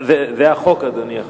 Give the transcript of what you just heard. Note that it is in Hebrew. זה החוק, אדוני.